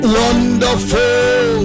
wonderful